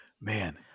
Man